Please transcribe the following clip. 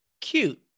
Cute